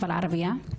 אבל ערבייה,